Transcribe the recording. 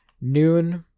noon